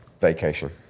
vacation